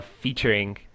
featuring